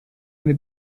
eine